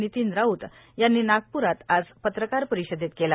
नितीन राऊत यांनी नागपूरात आज पत्रकार परिषदेत केला